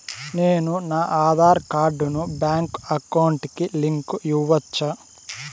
నేను నా ఆధార్ కార్డును బ్యాంకు అకౌంట్ కి లింకు ఇవ్వొచ్చా?